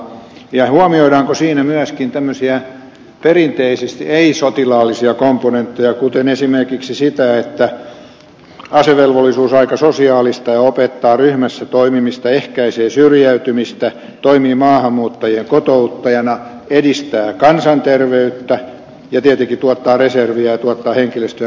huomioidaanko siinä myöskin tämmöisiä perinteisesti ei sotilaallisia komponentteja kuten esimerkiksi sitä että asevelvollisuusaika sosiaalistaa ja opettaa ryhmässä toimimista ehkäisee syrjäytymistä toimii maahanmuuttajien kotouttajana edistää kansanterveyttä ja tietenkin tuottaa reserviä ja tuottaa henkilöstöä kriisinhallintatehtäviin